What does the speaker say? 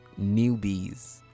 newbies